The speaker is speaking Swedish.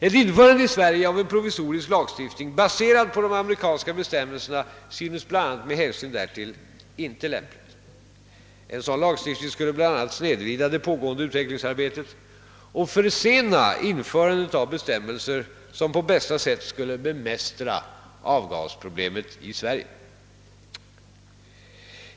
Ett införande i Sverige av en provisorisk lagstiftning baserad på de amerikanska bestämmelserna synes bl.a. med hänsyn härtill inte lämpligt. En sådan lagstiftning skulle bl.a. snedvrida det pågående utvecklingsarbetet och försena införandet av bestämmelser som på bästa sätt skulle bemästra avgasproblemet i Sverige.